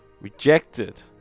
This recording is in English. rejected